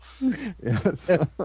yes